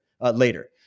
later